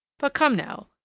but come, now,